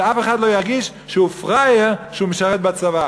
אף אחד לא ירגיש שהוא פראייר שהוא משרת בצבא,